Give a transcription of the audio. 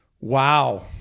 wow